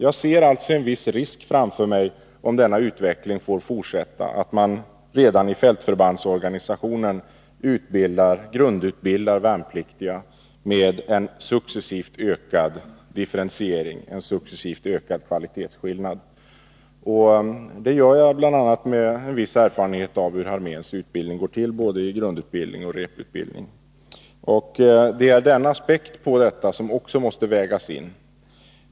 Jag ser alltså framför mig en risk om denna utveckling får fortsätta, nämligen att man redan i fältförbandsorganisationen grundutbildar värnpliktiga med en successivt ökad differentiering och en successivt ökad kvalitetsskillnad. Det gör jag med en viss erfarenhet av hur arméns utbildning går till, både i grundutbildning och i reputbildning. Även — Nr 127 denna aspekt på detta måste vägas in.